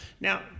Now